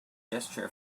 gesture